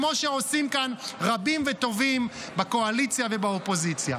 כמו שעושים כאן רבים וטובים בקואליציה ובאופוזיציה.